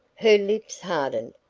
her lips hardened.